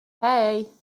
hey